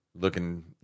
looking